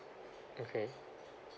okay